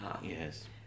Yes